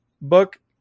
book